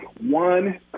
One